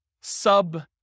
sub